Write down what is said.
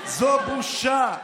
זו בושה.